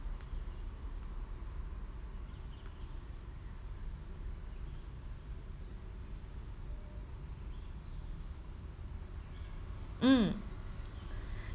mm